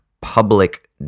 public